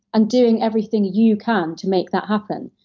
and doing everything you can to make that happen.